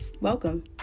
Welcome